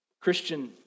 Christian